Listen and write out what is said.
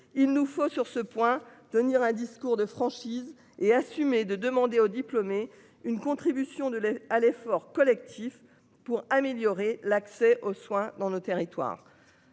Il nous faut sur ce point, tenir un discours de franchise. Et assumer de demander aux diplômés une contribution de l'aide à l'effort collectif pour améliorer l'accès aux soins dans nos territoires.